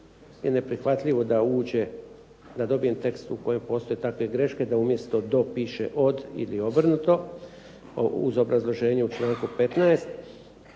je neprihvatljivo da uđe, da dobijem tekst u kojem postoje takve greške, da umjesto do piše od ili obrnuto, uz obrazloženje u članku 15.